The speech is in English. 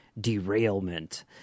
derailment